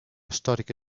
storiche